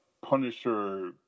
Punisher